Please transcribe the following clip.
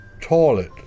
toilet